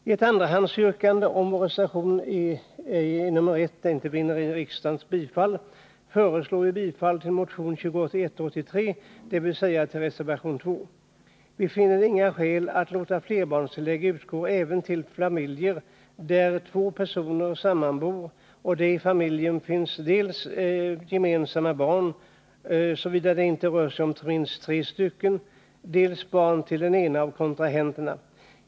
I ett andrahandsyrkande, om reservation 1 ej vinner riksdagens bifall, föreslår vi bifall till motion 2183, dvs. till reservation 2. Vi finner inga skäl att låta flerbarnstillägg utgå även till familjer där två personer sammanbor och det i familjen finns dels gemensamma barn — såvida inte det rör sig om minst tre —, dels barn till den ena av kontrahenterna.